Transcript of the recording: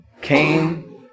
Came